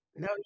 No